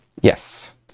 Yes